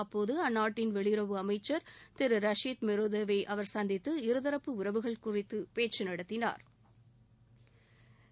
அப்போது அந்நாட்டின் வெளியுறவு அமைச்சர் திரு ரஷித் மெரேதோவை அவர் சந்தித்து இருதரப்பு உறவுகள் குறித்து பேச்சு நடத்தினாா்